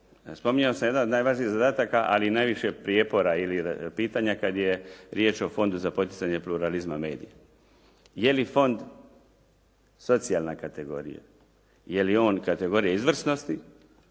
Spominjao sam jedan od najvažnijih zadataka ali i najviše prijepora ili pitanja kad je riječ o Fondu za poticanje pluralizma medija. Je li fond socijalna kategorija, je li on kategorija izvrsnosti,